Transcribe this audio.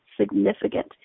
significant